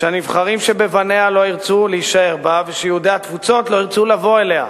שהנבחרים שבבניה לא ירצו להישאר בה ושיהודי התפוצות לא ירצו לבוא אליה".